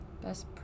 Best